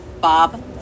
Bob